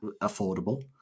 affordable